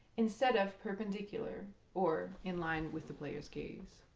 instead of perpendicular or in line with the player's gaze.